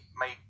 made